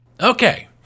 Okay